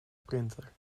sprinter